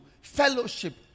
Fellowship